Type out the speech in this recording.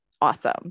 awesome